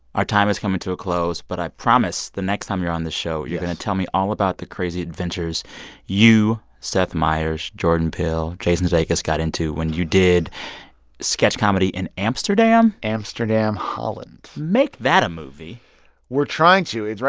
our time is coming to a close. but i promise the next time on the show. yes you're going to tell me all about the crazy adventures you, seth meyers, jordan peele, jason sudeikis got into when you did sketch comedy in amsterdam amsterdam, holland make that a movie we're trying to. it's.